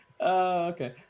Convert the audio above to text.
Okay